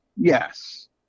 yes